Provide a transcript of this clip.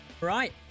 Right